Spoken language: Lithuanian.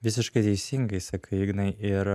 visiškai teisingai sakai ignai ir